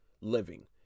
living